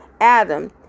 Adam